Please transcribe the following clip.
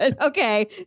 Okay